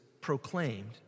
proclaimed